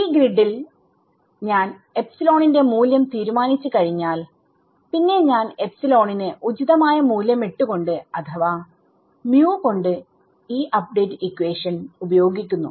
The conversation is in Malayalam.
ഈ ഗ്രിഡിൽ ഞാൻ എപ്സിലോണിന്റെ മൂല്യം തീരുമാനിച്ചു കഴിഞ്ഞാൽ പിന്നെ ഞാൻ എപ്സിലോണിന് ഉചിതമായ മൂല്യം ഇട്ട് കൊണ്ട് അഥവാ mu കൊണ്ട് ഈ അപ്ഡേറ്റ് ഇക്വേഷൻഉപയോഗിക്കുന്നു